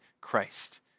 Christ